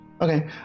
Okay